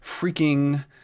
freaking